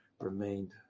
remained